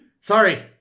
Sorry